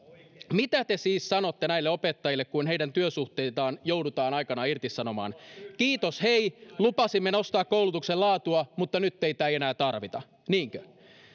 mitä te siis sanotte näille opettajille kun heidän työsuhteitaan joudutaan aikanaan irtisanomaan kiitos hei lupasimme nostaa koulutuksen laatua mutta nyt teitä ei enää tarvita niinkö